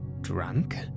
Drunk